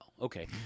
Okay